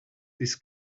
this